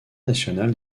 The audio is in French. national